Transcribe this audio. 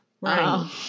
right